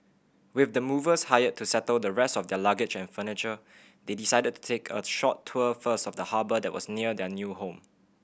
with the movers hired to settle the rest of their luggage and furniture they decided to take a short tour first of the harbour that was near their new home